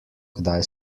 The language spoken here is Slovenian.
kdaj